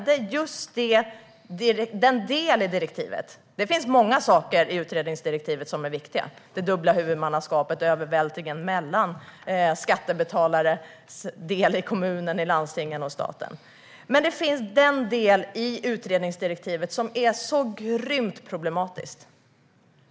Det finns många saker i utredningsdirektivet som är viktiga, till exempel det dubbla huvudmannaskapet och övervältringen mellan skattebetalarnas del i kommuner, landsting och stat. Det finns dock en sak i utredningsdirektivet som är grymt problematisk.